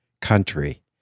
country